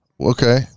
Okay